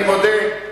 אני מודה,